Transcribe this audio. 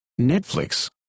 Netflix